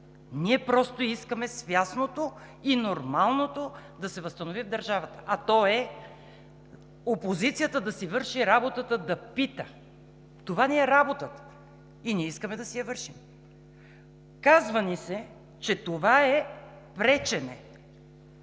Ние просто искаме свястното и нормалното да се възстанови в държавата, а то е опозицията да си върши работата – да пита. Това ни е работата и ние искаме да си я вършим. Казва ни се, че това е „пречене“